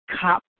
cop